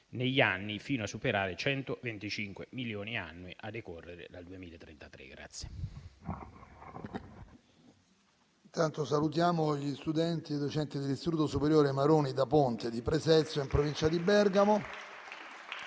negli anni, fino a superare i 125 milioni annui a decorrere dal 2033. **Saluto